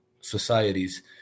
societies